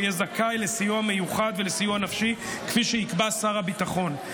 יהיה זכאי לסיוע מיוחד ולסיוע נפשי כפי שיקבע שר הביטחון.